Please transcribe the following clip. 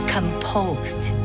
Composed